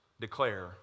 declare